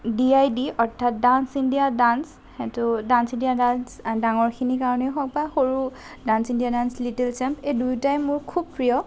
D I D অৰ্থাৎ dance India dance সেইটো dance India dance ডাঙৰখিনিৰ কাৰণেই হওক বা সৰু dance India dance little champ এই দুয়োটাই মোৰ খুব প্ৰিয়